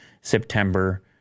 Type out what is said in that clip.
september